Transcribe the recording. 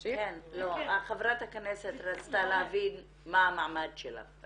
הזמן ----- חברת הכנסת רצתה להבין מה המעמד שלך.